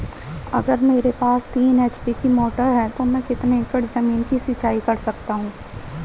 अगर मेरे पास तीन एच.पी की मोटर है तो मैं कितने एकड़ ज़मीन की सिंचाई कर सकता हूँ?